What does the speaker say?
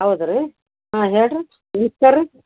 ಹೌದ್ ರೀ ಹಾಂ ಹೇಳಿರಿ ನಮ್ಸ್ಕಾರ ರೀ